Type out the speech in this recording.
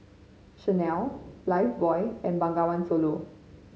Chanel Lifebuoy and Bengawan Solo